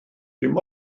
dim